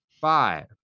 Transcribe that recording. Five